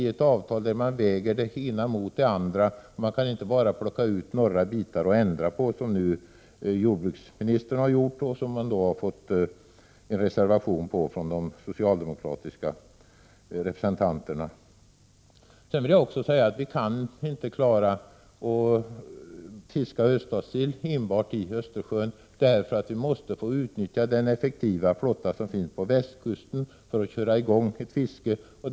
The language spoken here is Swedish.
Det ena vägs mot det andra, och man kan inte bara plocka ut några bitar och ändra på dem, som jordbruksministern har gjort och de socialdemokratiska representanterna i utskottet har följt upp med en reservation. Sedan vill jag också säga att vi inte kan klara att fiska öststatssill enbart i Östersjön. Vi måste få utnyttja den effektiva flotta som finns på västkusten för att köra i gång ett sådant fiske.